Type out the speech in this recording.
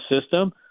system